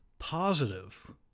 positive